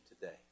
today